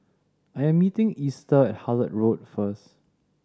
I am meeting Easter at Hullet Road first